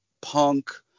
punk